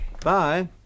Bye